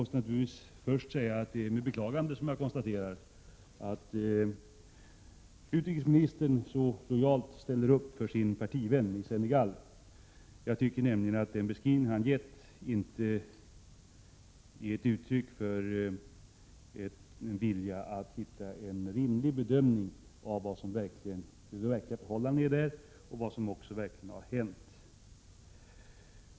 Det är med beklagande jag konstaterar att utrikesministern så lojalt ställer upp för sin partivän i Senegal. Den beskrivning utrikesministern har lämnat i sitt svar ger inte, enligt min uppfattning, uttryck för en vilja att göra en rimlig bedömning av de verkliga förhållandena och vad som verkligen har hänt i Senegal.